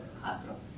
hospital